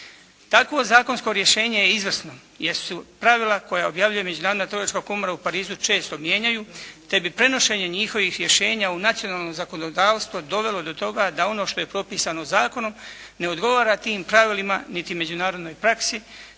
Takvo zakonsko rješenje je izvrsno, jer su pravila koja objavljuje Međunarodna trgovačka komora u Parizu često mijenjaju te bi prenošenje njihovih rješenja u nacionalnom zakonodavstvu dovelo do toga da ono što je propisano zakonom ne odgovara tim pravilima niti međunarodnoj praksi